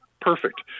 Perfect